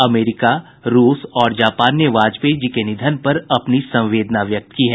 America रूस और Japan ने वाजपेयी जी के निधन पर अपनी संवेदना व्यक्त की है